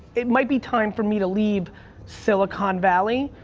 it might be time for me to leave silicon valley.